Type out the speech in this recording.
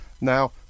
Now